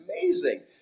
amazing